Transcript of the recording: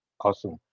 Awesome